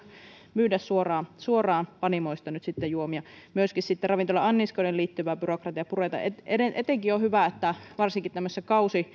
myydä suoraan suoraan panimoista juomia myöskin ravintola anniskeluun liittyvää byrokratiaa puretaan etenkin on hyvä että varsinkin tämmöisissä